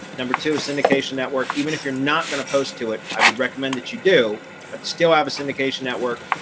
number two is syndication network even if you're not going to post to it i would recommend that you do but still have a syndication network.